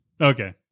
Okay